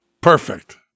perfect